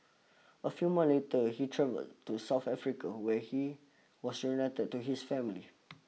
a few months later he travelled to South Africa where he was reunited to his family